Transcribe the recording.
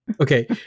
Okay